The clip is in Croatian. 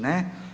Ne.